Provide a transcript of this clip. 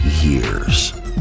years